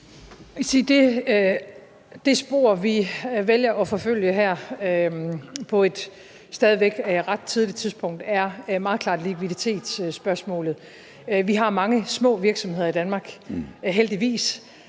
det spor, vi vælger at forfølge her på et stadig væk ret tidligt tidspunkt, meget klart er likviditetsspørgsmålet. Vi har mange små virksomheder i Danmark – heldigvis